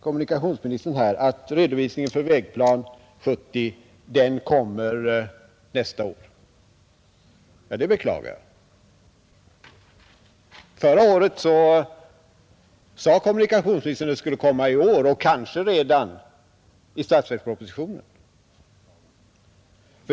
Kommunikationsministern säger att redovisningen för Vägplan 1970 kommer nästa år. Det beklagar jag. Förra året sade kommunikationsministern att den skulle komma i år — kanske redan i statsverkspropositionen.